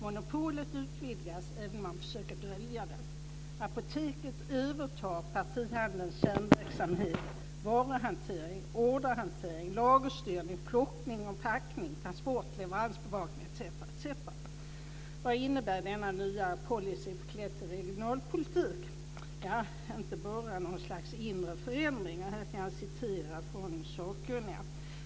Monopolet utvidgas även om man försöker dölja det. Apoteket övertar partihandelns kärnverksamhet varuhantering, orderhantering, lagerstyrning, plockning och packning, transport, leveransbevakning etc. Vad innebär denna nya policy förklädd till regionalpolitik? Det är inte bara något slags inre förändring. Här kan jag citera sakkunniga.